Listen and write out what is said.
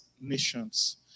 nations